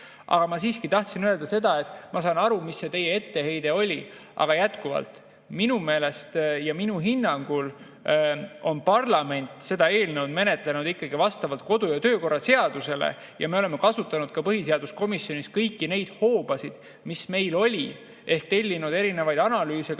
Ma siiski tahtsin öelda seda, et ma saan aru, mis see teie etteheide oli. Aga jätkuvalt: minu meelest, minu hinnangul on parlament seda eelnõu menetlenud vastavalt kodu‑ ja töökorra seadusele ja me oleme kasutanud ka põhiseaduskomisjonis kõiki neid hoobasid, mis meil olid, ehk oleme tellinud erinevaid analüüse